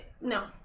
No